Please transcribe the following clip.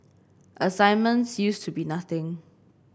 assignments used to be nothing